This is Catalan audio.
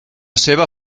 seva